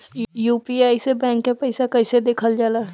UPI से bank के पैसा कैसे देखल जाला?